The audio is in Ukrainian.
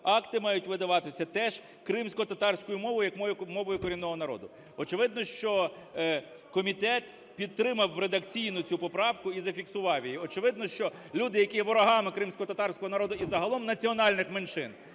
акти мають видаватися теж кримськотатарською мовою як мовою корінного народу. Очевидно, що комітет підтримав редакційно цю поправку і зафіксував її. Очевидно, що люди, які є ворогами кримськотатарського народу і загалом національних меншин,